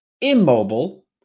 immobile